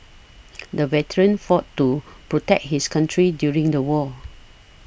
the veteran fought to protect his country during the war